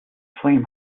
flame